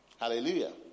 Hallelujah